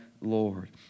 Lord